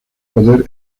poder